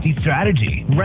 Strategy